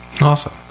awesome